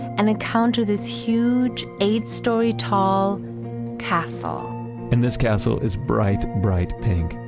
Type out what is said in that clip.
and encounter this huge eight story tall castle and this castle is bright, bright pink,